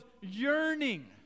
yearning